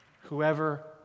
Whoever